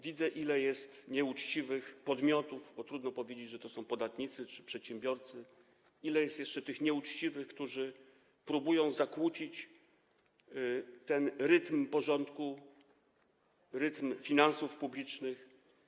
Widzę, ile jest nieuczciwych podmiotów - bo trudno powiedzieć, że to są podatnicy czy przedsiębiorcy - ile jest jeszcze tych nieuczciwych, którzy próbują zakłócić ten rytm, porządek w finansach publicznych.